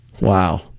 Wow